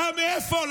רם, איפה?